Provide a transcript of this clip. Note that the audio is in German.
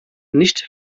nicht